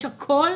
יש הכול,